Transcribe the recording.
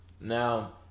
now